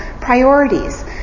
priorities